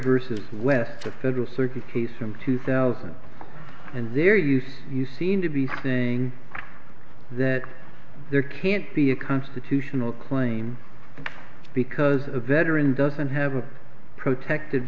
versus west to federal circuit case from two thousand and their use you seem to be saying that there can't be a constitutional claim because a veteran doesn't have a protected